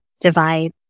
divide